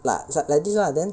ya it's like like this lah then